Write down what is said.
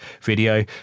video